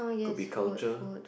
could be culture